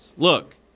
Look